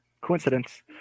coincidence